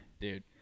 Dude